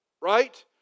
right